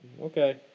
okay